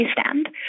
stand